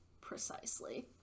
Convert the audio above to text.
Precisely